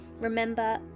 Remember